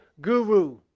guru